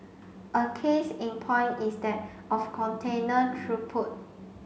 a case in point is that of container throughput